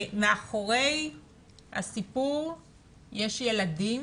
מאחורי הסיפור יש ילדים